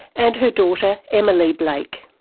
and her daughter emma leigh blake.